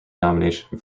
nomination